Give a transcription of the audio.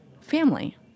family